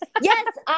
yes